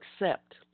accept